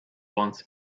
wants